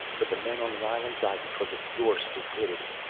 but the men on the island died because of your stupidity.